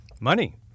Money